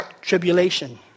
tribulation